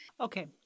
Okay